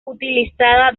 utilizada